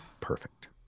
perfect